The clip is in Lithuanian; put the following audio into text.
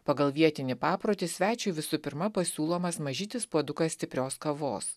pagal vietinį paprotį svečiui visų pirma pasiūlomas mažytis puodukas stiprios kavos